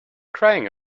crying